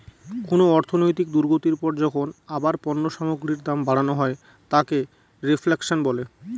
কোন অর্থনৈতিক দুর্গতির পর যখন আবার পণ্য সামগ্রীর দাম বাড়ানো হয় তাকে রেফ্ল্যাশন বলে